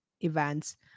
events